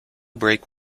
break